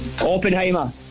Oppenheimer